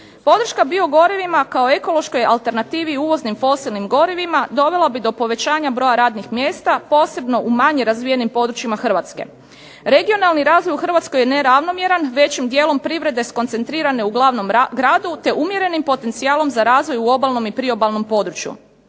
Podrška biogorivima kao ekološkoj alternativi uvoznim fosilnim gorivima dovela bi do povećanja broja radnih mjesta posebno u manje razvijenim područjima Hrvatske. Regionalni razvoj u Hrvatskoj je neravnomjeran, većim dijelom privrede skoncentrirane u glavnom gradu te umjerenim potencijalom za razvoj u obalnom i priobalnom području.